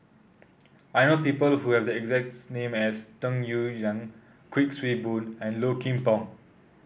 I know people who have the exact name as Tung Yue Reng Kuik Swee Boon and Low Kim Pong